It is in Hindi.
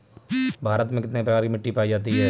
भारत में कितने प्रकार की मिट्टी पायी जाती है?